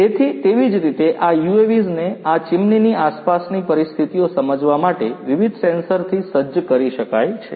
તેથી તેવી જ રીતે આ UAVs ને આ ચીમનીની આસપાસની પરિસ્થિતિઓ સમજવા માટે વિવિધ સેન્સરથી સજ્જ કરી શકાય છે